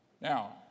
Now